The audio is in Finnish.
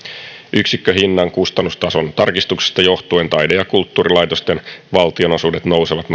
yksikköhinnan kustannustason tarkistuksista johtuen taide ja kulttuurilaitosten valtionosuudet nousevat